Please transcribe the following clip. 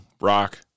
rock